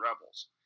Rebels